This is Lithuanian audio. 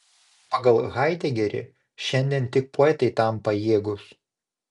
pagal haidegerį šiandien tik poetai tam pajėgūs